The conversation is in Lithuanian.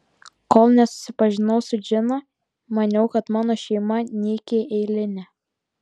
kol nesusipažinau su džina maniau kad mano šeima nykiai eilinė